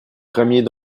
premiers